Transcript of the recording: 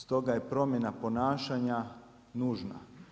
Stoga je promjena ponašanja nužna.